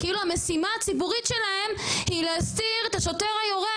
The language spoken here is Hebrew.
כאילו המשימה הציבורית שלהם היא להסתיר את השוטר היורה